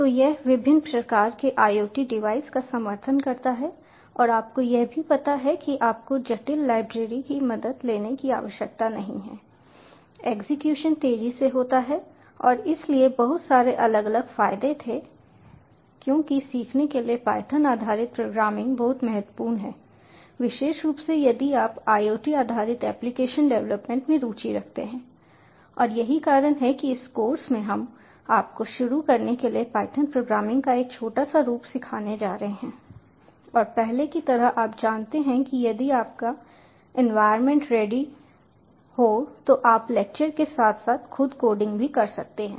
तो यह विभिन्न प्रकार के IoT डिवाइस का समर्थन करता है और आपको यह भी पता है कि आपको जटिल लाइब्रेरी की मदद लेने की आवश्यकता नहीं है एग्जीक्यूशन तेजी से होता है और इसलिए बहुत सारे अलग अलग फायदे थे क्योंकि सीखने के लिए पायथन आधारित प्रोग्रामिंग बहुत महत्वपूर्ण है विशेष रूप से यदि आप IoT आधारित एप्लीकेशन डेवलपमेंट में रुचि रखते हैं और यही कारण है कि इस कोर्स में हम आपको शुरू करने के लिए पायथन प्रोग्रामिंग का एक छोटा सा रूप सिखाने जा रहे हैं और पहले की तरह आप जानते हैं कि यदि आपका एनवायरनमेंट रेडी हो तो आप लेक्चर के साथ साथ खुद कोडिंग भी कर सकते हैं